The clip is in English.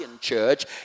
church